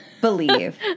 believe